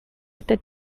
este